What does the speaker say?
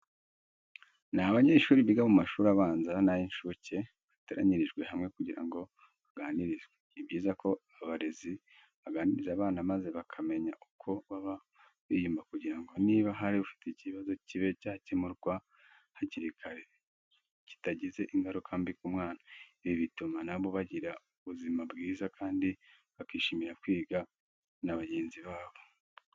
Ni abanyeshuri biga mu mashuri abanza n'ay'incuke, bateranyirijwe hamwe kugira ngo baganirizwe. Ni byiza ko abarezi baganiriza abana maze bakamenya uko baba biyumva kugira ngo niba hari ufite ikibazo kibe cyakemurwa hakiri kare kitagize ingaruka mbi ku mwana. Ibi bituma na bo bagira ubuzima bwiza kandi bakishimira kwigana na bagenzi babo.